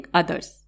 others